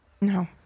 No